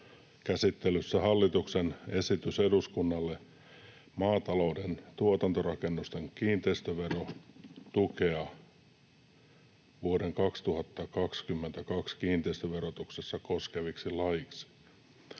käsittelyssä hallituksen esitys eduskunnalle maatalouden tuotantorakennusten kiinteistöverotukea vuoden 2022 kiinteistöverotuksessa koskeviksi laeiksi.